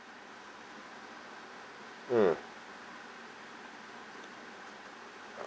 mm